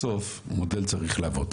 בסוף מודל צריך לעבוד.